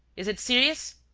is it serious?